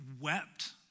wept